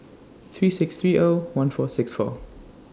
three six three O one four six four